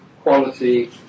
quality